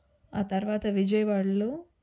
ఆ తర్వాత విజయవాడలో